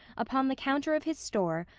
upon the counter of his store,